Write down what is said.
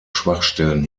schwachstellen